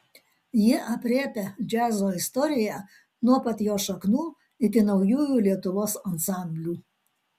ji aprėpia džiazo istoriją nuo pat jo šaknų iki naujųjų lietuvos ansamblių